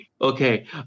Okay